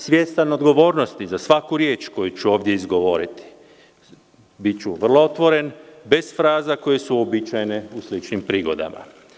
Svijestan odgovornost za svaku riječ koju ću ovde izgovoriti, biću vrlo otvoren, bez fraza koje su uobičajene u sličnim prigodama.